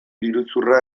iruzurra